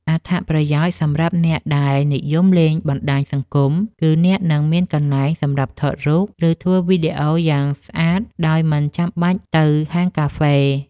អត្ថប្រយោជន៍សម្រាប់អ្នកដែលនិយមលេងបណ្ដាញសង្គម គឺអ្នកនឹងមានកន្លែងសម្រាប់ថតរូប ឬធ្វើវីដេអូយ៉ាងស្អាតដោយមិនចាំបាច់ទៅហាងកាហ្វេ។